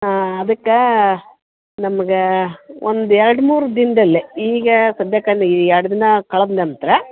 ಅದಕ್ಕೆ ನಮ್ಗೆ ಒಂದು ಎರಡು ಮೂರು ದಿನದಲ್ಲೆ ಈಗ ಸಧ್ಯಕ್ಕಲ್ಲ ಈ ಎರಡು ದಿನ ಕಳೆದ್ ನಂತರ